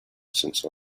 since